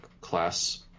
class